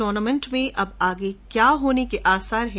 tournament में अब आगे क्या होने के आसार हैं